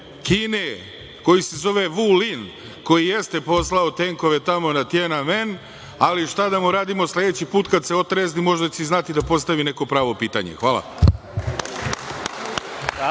Kine, koji se zove Vu Lin, koji jeste poslao tenkove tamo na Tjenanmen, ali, šta da mu radimo, sledeći put kad se otrezni možda će i znati da postavi neko pravo pitanje. Hvala.